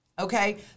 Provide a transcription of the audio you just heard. Okay